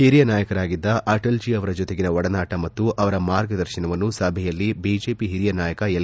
ಹಿರಿಯ ನಾಯಕರಾಗಿದ್ದ ಅಟಲ್ಜೀ ಅವರ ಜೊತೆಗಿನ ಒಡನಾಟ ಮತ್ತು ಅವರ ಮಾರ್ಗದರ್ಶನವನ್ನು ಸಭೆಯಲ್ಲಿ ಬಿಜೆಪಿ ಹಿರಿಯ ನಾಯಕ ಎಲ್